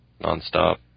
Non-stop